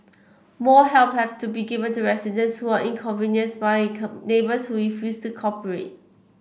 more help have to be given to residents who are inconvenienced by neighbours who refuse to cooperate